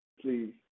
please